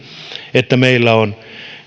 että meillä on